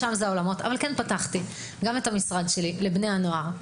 אבל כן פתחתי את המשרד שלי לבני הנוער,